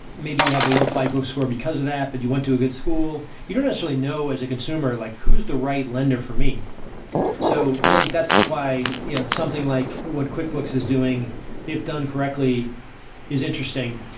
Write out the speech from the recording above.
maybe you have a low fico score because of that, but you went to a good school, you don't necessarily know as a consumer like who's the right lender for me so i think that's why yeah something like what quickbooks is doing if done correctly is interesting.